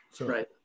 Right